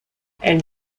elle